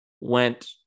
went